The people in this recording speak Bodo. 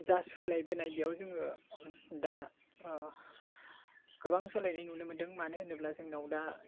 जा सोलायबोनाय बेयाव जोङो दा गोबां सोलायनाय नुनो मोनदों मानो होनोब्ला जोंनाव दा